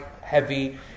heavy